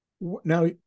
Now